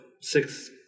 six